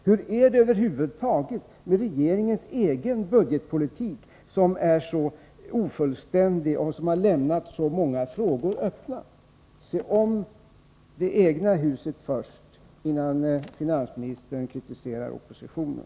Hur är det över huvud taget med regeringens egen budgetpolitik, som är så ofullständig och som har lämnat så många frågor öppna? Se om det egna huset först, innan finansministern kritiserar oppositionen.